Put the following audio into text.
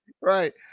Right